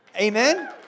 Amen